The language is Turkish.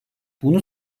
bunu